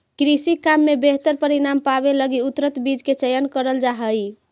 कृषि काम में बेहतर परिणाम पावे लगी उन्नत बीज के चयन करल जा हई